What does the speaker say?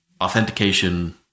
authentication